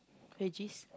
veggies